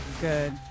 good